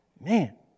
Man